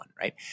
right